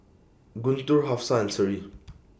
Guntur Hafsa and Seri